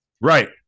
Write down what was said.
right